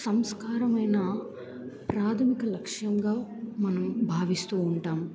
సంస్కారమైన ప్రాథమిక లక్ష్యంగా మనం భావిస్తూ ఉంటాం